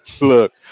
look